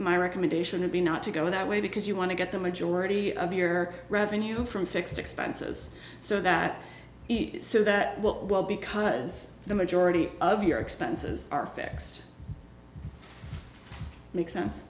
recommendation would be not to go that way because you want to get the majority of your revenue from fixed expenses so that that will well because the majority of your expenses are fixed make sense